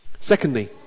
Secondly